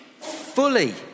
fully